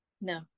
no